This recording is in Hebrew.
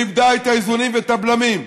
והיא איבדה את האיזונים ואת הבלמים.